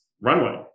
runway